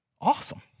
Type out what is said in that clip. awesome